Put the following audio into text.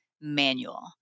manual